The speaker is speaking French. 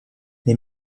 les